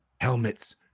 Helmets